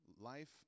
life